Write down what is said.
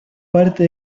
parte